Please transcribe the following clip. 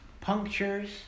punctures